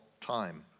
time